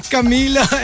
Camila